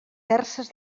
terces